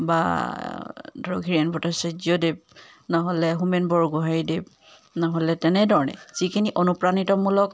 বা ধৰক হীৰেণ ভট্টাচাৰ্য্যদেব নহ'লে হোমেন বৰগোহাঞিদেব নহ'লে তেনেধৰণে যিখিনি অনুপ্ৰাণিতমূলক